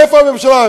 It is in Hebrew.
איפה הממשלה?